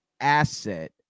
asset